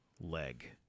Leg